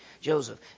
Joseph